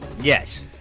Yes